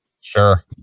Sure